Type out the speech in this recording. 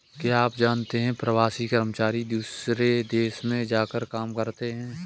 क्या आप जानते है प्रवासी कर्मचारी दूसरे देश में जाकर काम करते है?